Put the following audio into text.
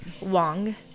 Wong